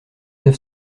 neuf